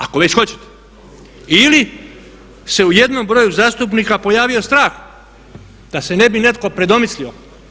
Ako već hoćemo ili se u jednom broju zastupnika pojavio strah da se ne bi netko predomislio?